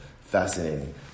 Fascinating